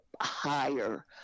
higher